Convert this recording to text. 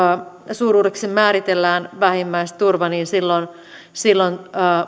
suuruudeksi määritellään vähimmäisturva niin silloin silloin